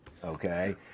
Okay